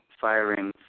firing